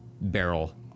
barrel